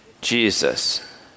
Jesus